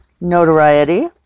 notoriety